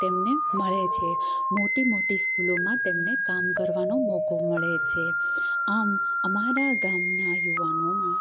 તેમને મળે છે મોટી મોટી સ્કૂલોમાં તેમને કામ કરવાનો મોકો મળે છે આમ અમારા ગામના યુવાનોમાં